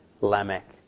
lamech